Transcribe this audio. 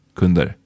kunder